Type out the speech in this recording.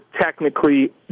technically